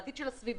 לעתיד של הסביבה.